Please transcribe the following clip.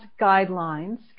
guidelines